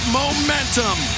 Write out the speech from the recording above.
momentum